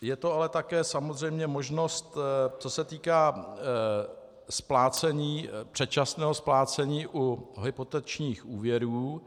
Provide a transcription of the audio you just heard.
Je to ale také samozřejmě možnost, co se týká splácení, předčasného splácení u hypotečních úvěrů.